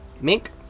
Mink